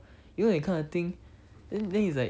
you know that kind of thing